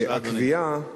הקביעה הזאת,